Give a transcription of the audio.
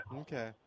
Okay